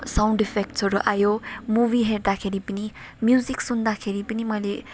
sound इफेक्ट्सहरू आयो movie हेर्दाखेरि पनि म्युजिक सुन्दाखेरि पनि मैले